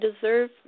deserve